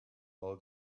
all